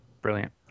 Brilliant